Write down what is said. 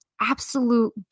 absolute